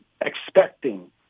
expecting